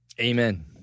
Amen